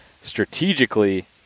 strategically